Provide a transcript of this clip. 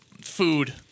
food